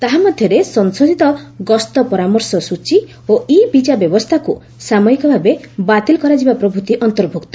ତାହାମଧ୍ୟରେ ସଂଶୋଧିତ ଗସ୍ତ ପରାମର୍ଶ ସ୍ୱଚୀ ଓ ଇ ବିଜା ବ୍ୟବସ୍ଥାକ୍ର ସାମୟିକ ଭାବେ ବାତିଲ କରାଯିବା ପ୍ରଭୂତି ଅନ୍ତର୍ଭକ୍ତ